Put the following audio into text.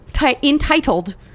entitled